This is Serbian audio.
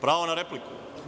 Pravo na repliku.